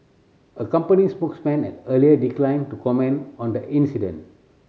a company spokesman had earlier declined to comment on the incident